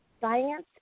science